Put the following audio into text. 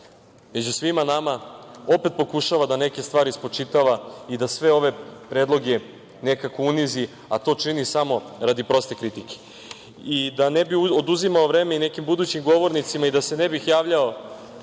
među svima nama, opet pokušava da neke stvari spočitava i da sve ove predloge nekako unizi, a to čini samo radi proste kritike. Da ne bih oduzimao vreme nekim budućim govornicima i da se ne bih javljao